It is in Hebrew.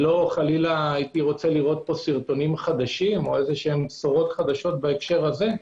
לא חלילה הייתי רוצה לראות פה סרטונים חדשים או בשורות חדשות בהקשר הזה,